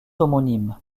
homonyme